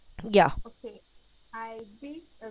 ya